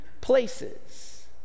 places